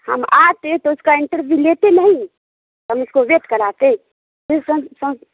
ہم آتے تو اس کا انٹرویو لیتے نہیں ہم اس کو ویٹ کراتے